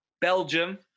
Belgium